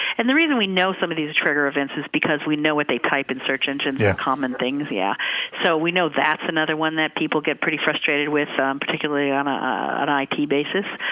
and the reason we know some of these trigger events is because we know what they type in search engines are common things. yeah so we know that's another one that people get pretty frustrated with particularly on ah it basis.